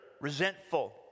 resentful